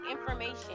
information